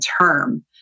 term